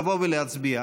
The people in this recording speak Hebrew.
לבוא ולהצביע.